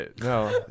no